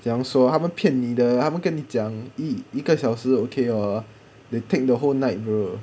怎样说他们骗你的他们跟你讲一一个小时 okay oh they take the whole night bruh